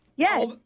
Yes